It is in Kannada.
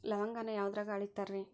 ಲವಂಗಾನ ಯಾವುದ್ರಾಗ ಅಳಿತಾರ್ ರೇ?